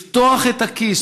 לפתוח את הכיס.